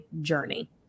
journey